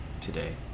Today